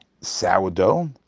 sourdough